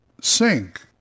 sink